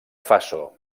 faso